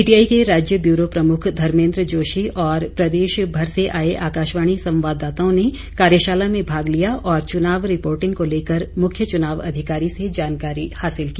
PTI के राज्य bureau प्रमुख धर्मेन्द्र जोशी और प्रदेश भर से आए आकाशवाणी संवादाताओं ने कार्यशाला में भाग लिया तथा चुनाव रिपोर्टिंग को लेकर मुख्य चुनाव अधिकारी से जानकारी हासिल की